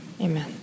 amen